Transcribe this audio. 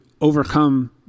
overcome